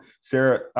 Sarah